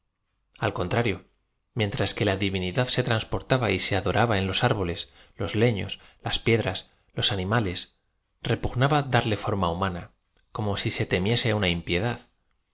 al contrario mientras que la divinidad se transportaba j se adoraba en los árboles los lefios las piedras los animales repugna ba darle forma humana como si se temiese una